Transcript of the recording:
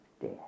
dead